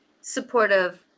supportive